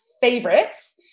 favorites